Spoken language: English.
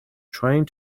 trying